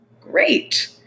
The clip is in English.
Great